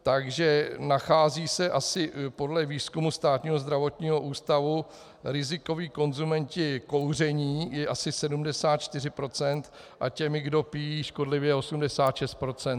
Takže nachází se asi podle výzkumu Státního zdravotního ústavu rizikoví konzumenti kouření je asi 74 % a těmi, kdo pijí škodlivě, 86 %.